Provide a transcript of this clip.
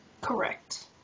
Correct